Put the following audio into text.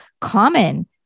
common